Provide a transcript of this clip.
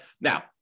Now